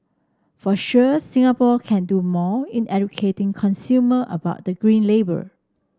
for sure Singapore can do more in educating consumer about the green label